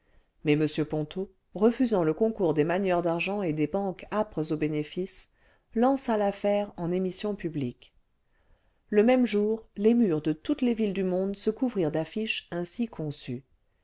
mais m ponto refusant le concours des manieurs d'argent et des banques âpres aux bénéfices lança l'affaire en émission publiques le même jour les murs de toutes les villes du monde se couvrirent d'affiches ainsi conçues